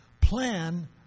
plan